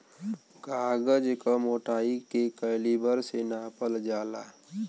कागज क मोटाई के कैलीबर से नापल जाला